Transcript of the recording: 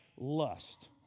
lust